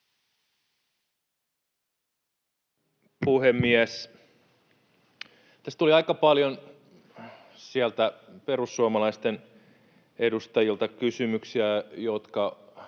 puhemies! Tässä tuli aika paljon perussuomalaisten edustajilta kysymyksiä, jotka